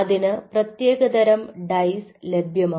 അതിനു പ്രത്യേകതരം ഡൈസ് ലഭ്യമാണ്